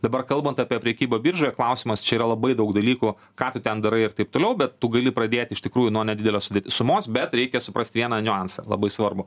dabar kalbant apie prekybą biržoje klausimas čia yra labai daug dalykų ką tu ten darai ir taip toliau bet tu gali pradėt iš tikrųjų nuo nedidelės sumos bet reikia suprast vieną niuansą labai svarbų